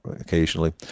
occasionally